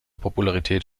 popularität